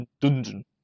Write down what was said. Dungeon